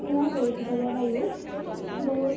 ঙৰ জলবায়ু বহুত